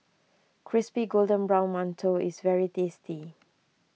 Crispy Golden Brown Mantou is very tasty